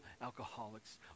alcoholics